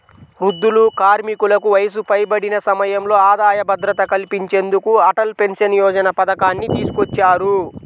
వృద్ధులు, కార్మికులకు వయసు పైబడిన సమయంలో ఆదాయ భద్రత కల్పించేందుకు అటల్ పెన్షన్ యోజన పథకాన్ని తీసుకొచ్చారు